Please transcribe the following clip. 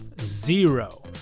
Zero